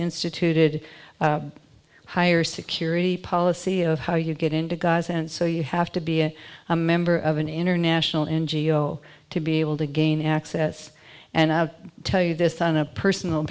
instituted higher security policy of how you get into gaza and so you have to be a member of an international ngo to be able to gain access and i'll tell you this on a personal